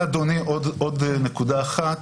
אדוני, עוד נקודה אחת,